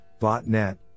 Botnet